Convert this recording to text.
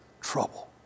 trouble